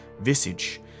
Visage